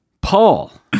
Paul